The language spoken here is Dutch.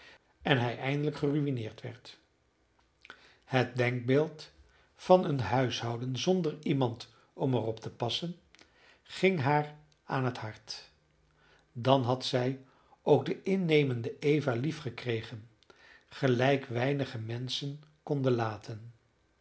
en hij eindelijk geruïneerd werd het denkbeeld van een huishouden zonder iemand om er op te passen ging haar aan het hart dan had zij ook de innemende eva lief gekregen gelijk weinige menschen konden laten